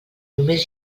només